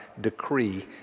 decree